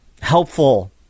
helpful